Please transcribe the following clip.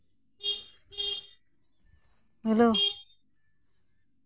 hello